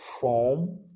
Form